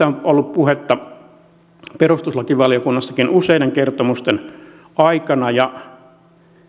on ollut puhetta perustuslakivaliokunnassakin useiden kertomusten aikana ja